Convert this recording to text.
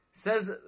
says